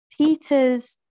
Peter's